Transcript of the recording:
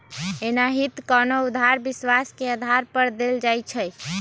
एनाहिते कोनो उधार विश्वास के आधार पर देल जाइ छइ